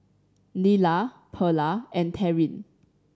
Nyla Perla and Taryn